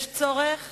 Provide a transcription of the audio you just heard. יש צורך